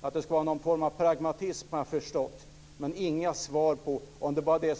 Jag har förstått att det ska vara någon form av pragmatism, men jag har inte fått några svar på om det bara är